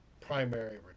primary